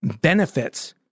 benefits